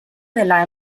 dela